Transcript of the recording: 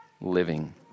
living